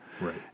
Right